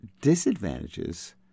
disadvantages